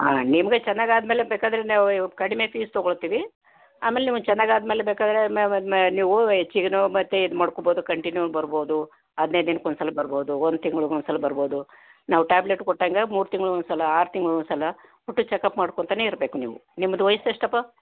ಹಾಂ ನಿಮಗೆ ಚೆನ್ನಾಗಿ ಆದಮೇಲೆ ಬೇಕಾದರೆ ನೀವು ಇವು ಕಡಿಮೆ ಫೀಸ್ ತೊಗೊಳ್ತೀವಿ ಆಮೇಲೆ ನೀವು ಚೆನ್ನಾಗಿ ಆದಮೆಲೆ ಬೇಕಾದರೆ ನೀವು ಹೆಚ್ಚಿಗೆಯೂ ಮತ್ತೆ ಇದು ಮಾಡ್ಕೊಬೋದು ಕಂಟಿನ್ಯೂ ಆಗಿ ಬರ್ಬೋದು ಹದಿನೈದು ದಿನಕ್ಕೆ ಒಂದು ಸಲ ಬರ್ಬೋದು ಒಂದು ತಿಂಗ್ಳಿಗೆ ಒಂದು ಸಲ ಬರ್ಬೋದು ನಾವು ಟ್ಯಾಬ್ಲೆಟ್ ಕೊಟ್ಟಾಂಗೆ ಮೂರು ತಿಂಗ್ಳಿಗೆ ಒಂದು ಸಲ ಆರು ತಿಂಗ್ಳಿಗೆ ಒಂದು ಸಲ ಒಟ್ಟು ಚಕಪ್ ಮಾಡ್ಕೊತನೇ ಇರಬೇಕು ನೀವು ನಿಮ್ಮದು ವಯ್ಸು ಎಷ್ಟಪ್ಪಾ